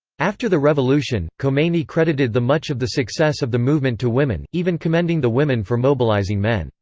after the revolution, khomeini credited the much of the success of the movement to women, even commending the women for mobilizing men,